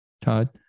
Todd